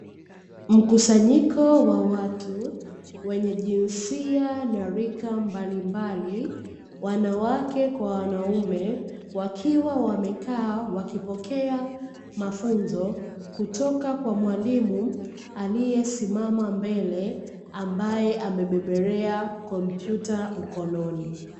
Mkusanyiko wa watu wenye jinsia na lika mbalimbali, wanawake kwa wanaume wakiwa wamekaa, wakipokea mafunzo kutoka kwa mwalimu aliyesimama mbele, ambaye amebebelea kompyuta mkononi.